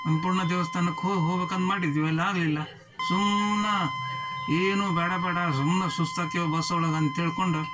ಅನ್ನಪೂರ್ಣ ದೇವಸ್ಥಾನಕ್ಕೆ ಹೋಬೇಕಂದು ಮಾಡಿದೀವಿ ಅಲ್ಲಿ ಆಗಲಿಲ್ಲ ಸುಮ್ನೆ ಏನೂ ಬೇಡ ಬೇಡ ಸುಮ್ನೆ ಸುಸ್ತು ಆಕಿವಿ ಬಸ್ ಒಳಗೆ ಅಂತ ಹೇಳ್ಕೊಂಡು